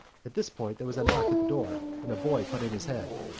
at this point there was a knock at the door, and a boy put in his head.